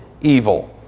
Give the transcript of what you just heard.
evil